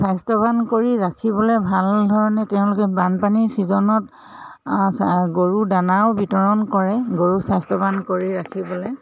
স্বাস্থ্যৱান কৰি ৰাখিবলৈ ভাল ধৰণে তেওঁলোকে বানপানীৰ ছিজনত চা গৰুৰ দানাও বিতৰণ কৰে গৰু স্বাস্থ্যৱান কৰি ৰাখিবলৈ